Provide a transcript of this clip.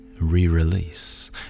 re-release